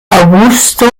augusto